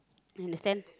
you understand